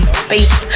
space